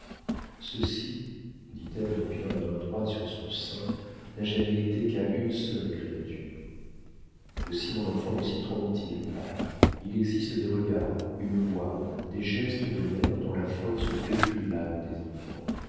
ceci dit elle en appuyant la main droite sur son sein n'a jamais été qu'à une seule créature aussi mon enfant ne s'y trompe t il pas il existe des regards une voix des gestes de mère dont la force pétrit l'âme des enfants